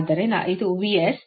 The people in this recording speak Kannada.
ಆದ್ದರಿಂದ ಇದು VS